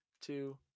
two